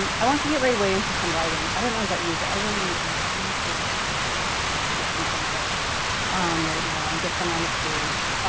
um i want to get right away into some writing. i don't know about you, but i really need to, i need to just get some things out right now and get them on the page.